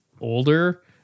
older